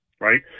right